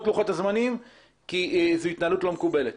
לוחות הזמנים כי זו התנהלות לא מקובלת.